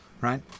right